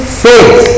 faith